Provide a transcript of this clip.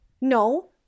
No